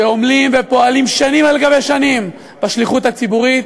שעמלים ופועלים שנים על-גבי שנים בשליחות הציבורית,